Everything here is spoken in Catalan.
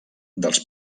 dels